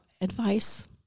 advice